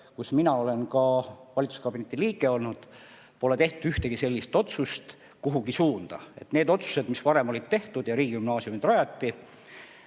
kus mina olen ka valitsuskabineti liige olnud, pole tehtud ühtegi otsust kuhugi suunda. Need otsused, mis varem olid tehtud, ja riigigümnaasiumide rajamine